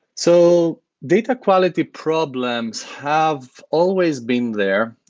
so data quality problems have always been there.